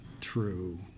true